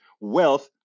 wealth